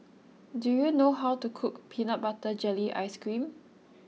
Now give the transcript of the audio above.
do you know how to cook Peanut Butter Jelly Ice Cream